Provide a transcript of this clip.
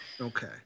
Okay